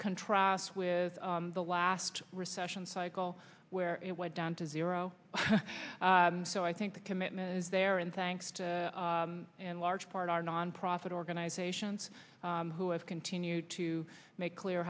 contrasts with the last recession cycle where it went down to zero so i think the commitment is there and thanks to and large part our nonprofit organizations who have continued to make clear